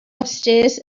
upstairs